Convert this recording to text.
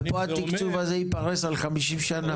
ופה התקצוב הזה ייפרס על 50 שנים.